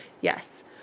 Yes